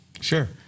Sure